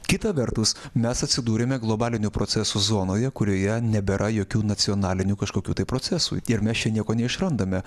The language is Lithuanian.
kita vertus mes atsidūrėme globalinių procesų zonoje kurioje nebėra jokių nacionalinių kažkokių tai procesų ir mes čia nieko neišrandame